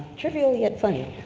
trivial yet funny.